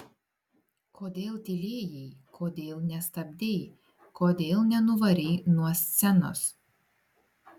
kodėl tylėjai kodėl nestabdei kodėl nenuvarei nuo scenos